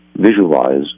visualize